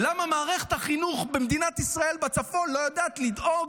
למה מערכת החינוך במדינת ישראל בצפון לא יודעת לדאוג,